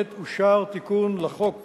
עת אושר תיקון לחוק